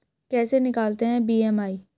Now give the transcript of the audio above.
कैसे निकालते हैं बी.एम.आई?